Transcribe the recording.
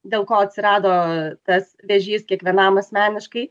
dėl ko atsirado tas vėžys kiekvienam asmeniškai